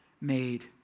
made